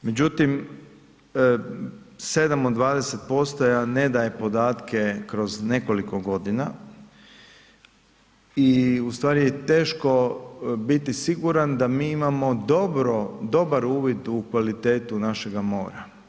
Međutim, 7 od 20% ne daje podatke kroz nekoliko godina i u stvari je teško biti siguran da mi imamo dobro, dobar uvid u kvalitetu našega mora.